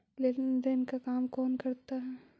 लेन देन का काम कौन करता है?